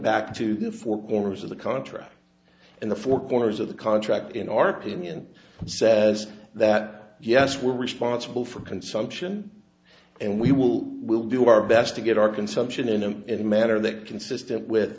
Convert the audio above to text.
back to the four corners of the contract and the four corners of the contract in our opinion says that yes we're responsible for consumption and we will we'll do our best to get our consumption in them in a manner that consistent with